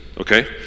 okay